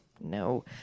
no